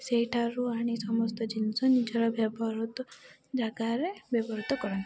ସେଇଠାରୁ ଆଣି ସମସ୍ତ ଜିନିଷ ନିଜର ବ୍ୟବହୃତ ଜାଗାରେ ବ୍ୟବହୃତ କରନ୍ତି